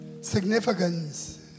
significance